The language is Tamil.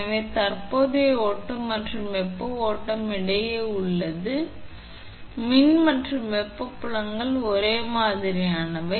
எனவே தற்போதைய ஓட்டம் மற்றும் வெப்ப ஓட்டம் இடையே உள்ளது ஏனெனில் மின் மற்றும் வெப்பப் புலங்கள் ஒரே மாதிரியானவை